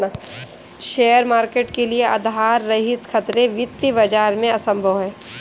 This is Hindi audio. शेयर मार्केट के लिये आधार रहित खतरे वित्तीय बाजार में असम्भव हैं